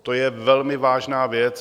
To je velmi vážná věc.